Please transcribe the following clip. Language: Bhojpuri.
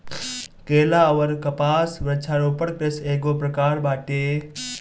केला अउर कपास वृक्षारोपण कृषि एगो प्रकार बाटे